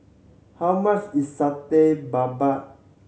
how much is Satay Babat